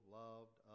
loved